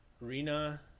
Rina